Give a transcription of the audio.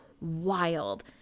wild